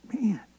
man